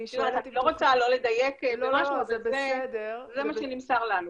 אני לא רוצה לא לדייק במשהו, אבל זה מה שנמסר לנו.